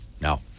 Now